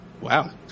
wow